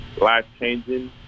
life-changing